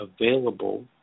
available